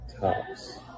tops